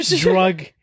drug